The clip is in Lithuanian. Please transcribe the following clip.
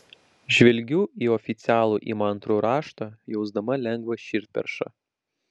žvelgiu į oficialų įmantrų raštą jausdama lengvą širdperšą